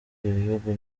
bihugu